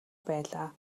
байлаа